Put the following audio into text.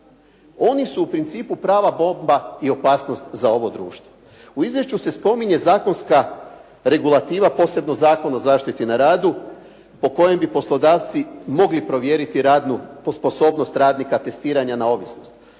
Oni su u principu prava bomba i opasnost za ovo društvo. U izvješću se spominje zakonska regulativa, posebno Zakon o zaštiti na radu po kojem bi poslodavci mogli provjeriti radnu sposobnost radnika, testiranja na ovisnost.